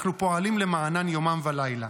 אנחנו פועלים למענן יומם ולילה.